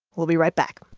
we'll be right back